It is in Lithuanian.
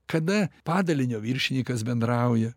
kada padalinio viršinikas bendrauja